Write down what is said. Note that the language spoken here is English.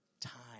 time